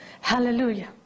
Hallelujah